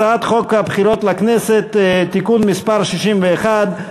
הצעת חוק הבחירות לכנסת (תיקון מס' 61)